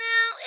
Now